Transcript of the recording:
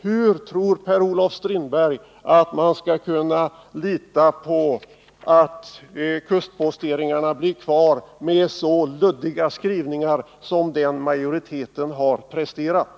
Hur tror Per-Olof Strindberg att man skall kunna lita på att kustposteringarna blir kvar med så luddiga skrivningar som dem utskottsmajoriteten har presterat?